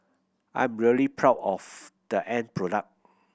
I am really proud of the end product